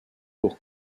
pour